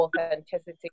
authenticity